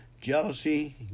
jealousy